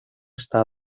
está